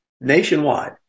Nationwide